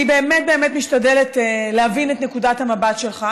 אני באמת באמת משתדלת להבין את נקודת המבט שלך,